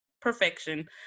perfection